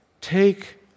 Take